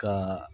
గా